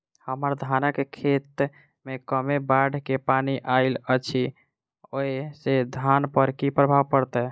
हम्मर धानक खेत मे कमे बाढ़ केँ पानि आइल अछि, ओय सँ धान पर की प्रभाव पड़तै?